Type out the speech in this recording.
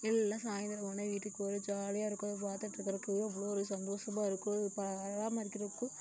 எல்லாம் சாயிந்தரம் ஆனால் வீட்டுக்கு வரும் ஜாலியாக இருக்கும் அதை பார்த்துட்டு இருக்குறதுக்கு அவ்வளோ ஒரு சந்தோசமாக இருக்கும் அதை பராமரிக்கிறதுக்கும்